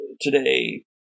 today